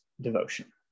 devotion